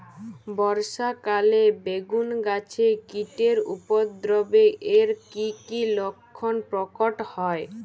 বর্ষা কালে বেগুন গাছে কীটের উপদ্রবে এর কী কী লক্ষণ প্রকট হয়?